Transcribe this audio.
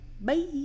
bye